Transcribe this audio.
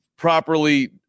properly